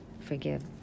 forgive